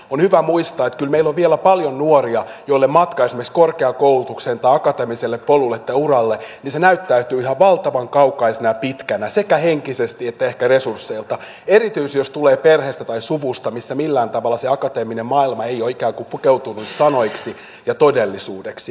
on hyvä muistaa että kyllä meillä on vielä paljon nuoria joille matka esimerkiksi korkeakoulutukseen tai akateemiselle polulle tai uralle näyttäytyy ihan valtavan kaukaisena ja pitkänä sekä henkisesti että ehkä resursseiltaan erityisesti jos tulee perheestä tai suvusta missä millään tavalla se akateeminen maailma ei ole ikään kuin pukeutunut sanoiksi ja todellisuudeksi